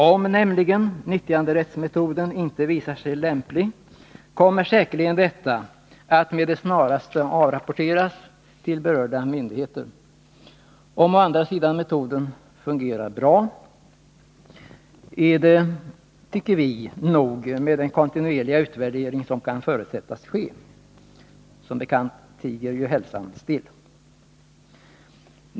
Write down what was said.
Om nämligen nyttjanderättsmetoden inte visar sig lämplig, kommer säkerligen detta med det snaraste att rapporteras till berörda myndigheter. Om å andra sidan metoden fungerar bra är det enligt vår uppfattning nog med den kontinuerliga utvärdering som kan förutsättas ske. Hälsan tiger ju som bekant still.